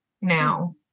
now